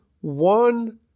one